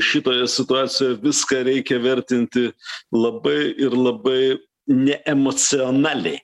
šitoje situacijoje viską reikia vertinti labai ir labai ne emocionaliai